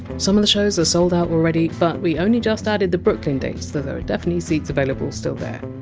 some of the shows are sold out already, but we only just added the brooklyn date so there are definitely seats available still there.